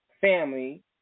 Family